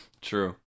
True